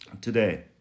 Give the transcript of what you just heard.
today